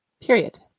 Period